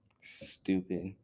Stupid